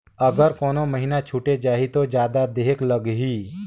अगर कोनो महीना छुटे जाही तो जादा देहेक लगही?